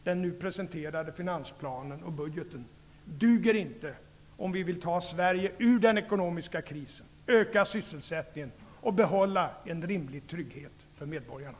Den nu presenterade finansplanen och budgeten duger inte om vi vill ta Sverige ur den ekonomiska krisen, öka sysselsättningen och behålla en rimlig trygghet för medborgarna.